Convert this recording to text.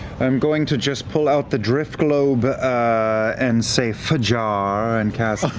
i'm going to just pull out the driftglobe and say fajar and cast